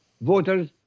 voters